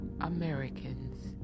Americans